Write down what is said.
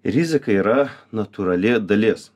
rizika yra natūrali dalis